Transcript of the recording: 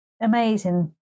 amazing